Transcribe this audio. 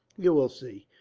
you will see,